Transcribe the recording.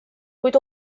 kuid